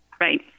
Right